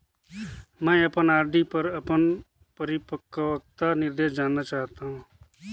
मैं अपन आर.डी पर अपन परिपक्वता निर्देश जानना चाहत हों